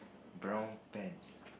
brown pants